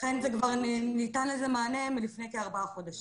לכן כבר ניתן לזה מענה מלפני כארבעה חודשים.